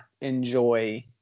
enjoy –